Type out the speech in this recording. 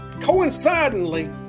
coincidentally